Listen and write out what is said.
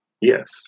Yes